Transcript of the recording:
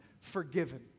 Forgiven